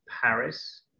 paris